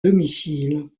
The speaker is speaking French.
domicile